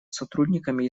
сотрудниками